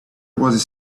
was